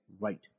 Right